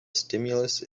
stimulus